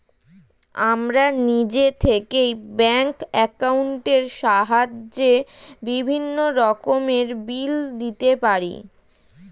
আমরা নিজে থেকেই ব্যাঙ্ক অ্যাকাউন্টের সাহায্যে বিভিন্ন রকমের বিল দিতে পারি